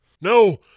No